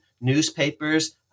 newspapers